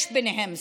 יש ביניהם שמאלנים,